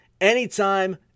anytime